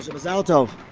so mazal tov!